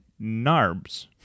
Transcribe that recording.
Narbs